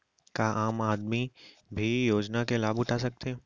का आम आदमी भी योजना के लाभ उठा सकथे?